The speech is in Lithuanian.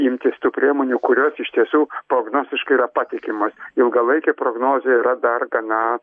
imtis tų priemonių kurios iš tiesų prognostiškai yra patikimos ilgalaikė prognozė yra dar gana